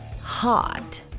Hot